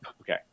Okay